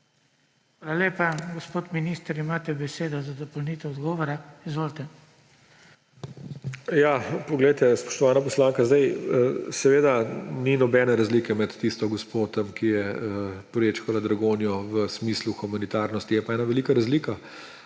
Hvala lepa. Gospod minister, imate besedo za dopolnitev odgovora. Izvolite. ALEŠ HOJS: Spoštovana poslanka, seveda ni nobene razlike med tisto gospe tam, ki je prečkala Dragonjo v smislu humanitarnosti. Je pa ena velika razlika,